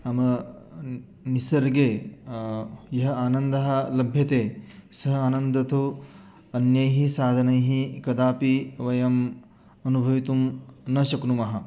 नाम निसर्गे यः आनन्दः लभ्यते सः आनन्दतो अन्यैः साधनैः कदापि वयम् अनुभवितुं न शक्नुमः